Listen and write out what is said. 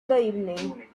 evening